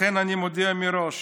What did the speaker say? לכן אני מודיע מראש